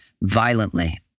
violently